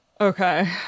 Okay